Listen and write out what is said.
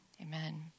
Amen